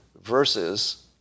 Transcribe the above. versus